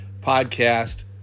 podcast